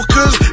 Cause